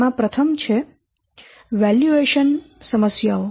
જેમાં પ્રથમ છે વેલ્યુએશન સમસ્યાઓ